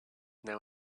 now